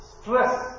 stress